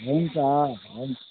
हुन्छ हुन्छ